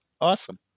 Awesome